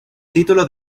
título